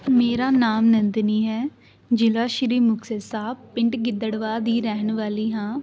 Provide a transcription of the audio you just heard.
ਮੇਰਾ ਨਾਮ ਨੰਦਨੀ ਹੈ ਜ਼ਿਲ੍ਹਾ ਸ਼੍ਰੀ ਮੁਕਤਸਰ ਸਾਹਿਬ ਪਿੰਡ ਗਿੱਦੜਵਾਹਾ ਦੀ ਰਹਿਣ ਵਾਲੀ ਹਾਂ